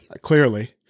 clearly